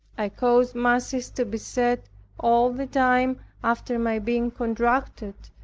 i caused masses to be said all the time after my being contracted,